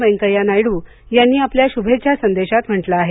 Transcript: वेन्कैया नायडू यांनी आपल्या शुभेच्छा संदेशात म्हंटलं आहे